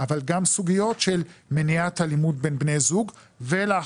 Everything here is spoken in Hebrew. אבל גם סוגיות של מניעת אלימות בין בני זוג ולאחרונה